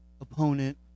opponent